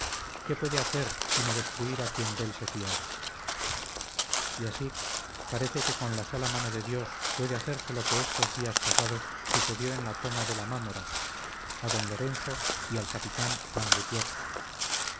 qué puede hacer sino destruir a quien de él se fiare y así parece que con sola la mano de dios puede hacerse lo que estos días pasados sucedió en la toma de la mámora a don lorenzo y al capitán juan gutiérrez